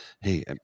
Hey